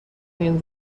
این